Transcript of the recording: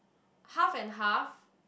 half and half